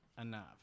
enough